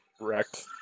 Wrecked